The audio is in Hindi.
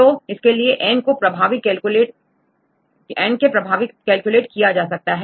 तो इसके द्वारा N के प्रभावी कैलकुलेट किए जा सकते हैं